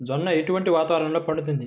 జొన్న ఎటువంటి వాతావరణంలో పండుతుంది?